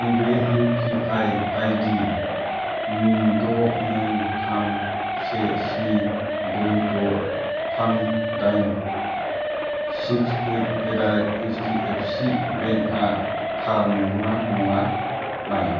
नैबे U P I ID द' नै थाम से स्नि ब्रै द' थाम दाइन सिक्स ओइट एटडारेट ऐस डि एफ सि बेंकआ थार नंगौ ना नङा नाय